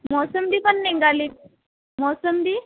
मोसंबी पण निघाली मोसंबी